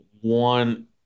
one